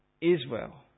Israel